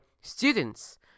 students